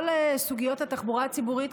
כל סוגיות התחבורה הציבורית,